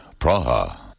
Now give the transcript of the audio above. Praha